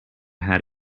had